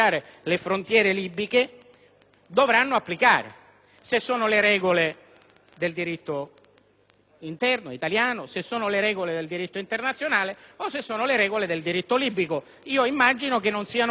interno italiano, se sono le regole del diritto internazionale o se sono le regole del diritto libico. Immagino che non siano le regole del diritto libico, altrimenti credo che avremo difficoltà anche a reclutare il personale.